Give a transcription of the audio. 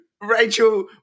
Rachel